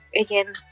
again